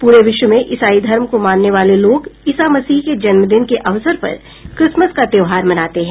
पूरे विश्व में ईसाई धर्म को मानने वाले लोग ईसा मसीह के जन्मदिन के अवसर पर क्रिसमस का त्योहार मनाते हैं